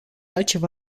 altceva